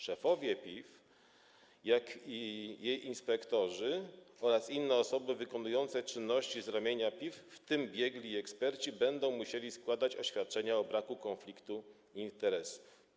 Szefowie PIF i jej inspektorzy oraz inne osoby wykonujące czynności z ramienia PIF, w tym biegli eksperci, będą musieli składać oświadczenia o braku konfliktu interesów.